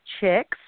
chicks